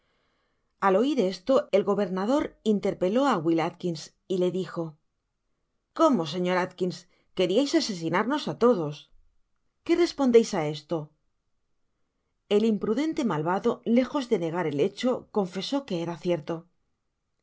al oir esto el gobernador interpeló á wil atkins y le dijo cómo sr atkins queriais asesinarnos á todos qué respondeis á esto el impudente malvado lejos de negar el hecho confesó que era cierto y